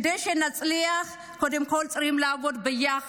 כדי שנצליח, קודם כול, צריכים לעבוד ביחד.